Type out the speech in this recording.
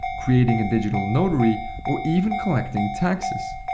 creating a digital notary or even collecting taxes.